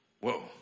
Whoa